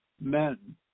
men